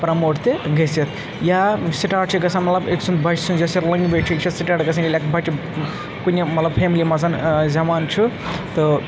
promote تہِ گٔژھِتھ یا سِٹاٹ چھِ گژھان مطلب أکۍ سُنٛد بَچہِ سٕنٛز یۄس یہِ لنٛگویج چھِ یہِ چھِ سٹاٹ گژھان ییٚلہِ اکھ بَچہِ کُنہِ مطلب فیملی منٛز زٮ۪وان چھُ تہٕ